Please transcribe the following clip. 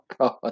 god